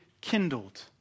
kindled